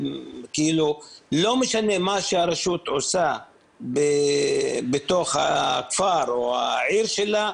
לא משנה מה שהרשות עושה בתוך הכפר או העיר שלה,